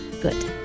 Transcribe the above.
Good